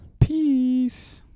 Peace